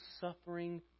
suffering